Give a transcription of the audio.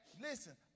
listen